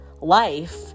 life